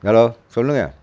hello சொல்லுங்கள்